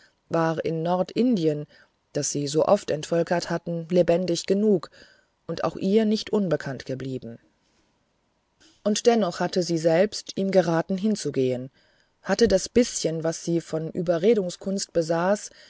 war in nordindien das sie so oft entvölkert hatten lebendig genug und auch ihr nicht unbekannt geblieben und dennoch hatte sie selbst ihm geraten hinzugehen hatte das bißchen was sie von überredungskunst besaß